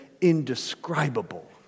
indescribable